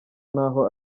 naho